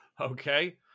Okay